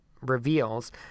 reveals